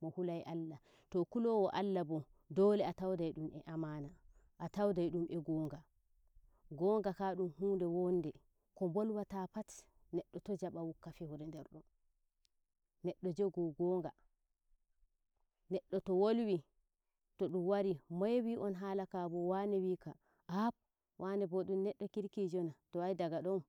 mo hulai ALLAH too kulowo ALLAH bo doole ataudai dum e amana a taudai dum e ngonga ngoga ka dum huden wonde ko bolwata pat neddo to jaba wukka feure nder don neddo jogo ngoga neddo to wolwi todum wari "moye wi on halaka bo? wane wika ahab wane bo dum neddo kirkijona to ai daga don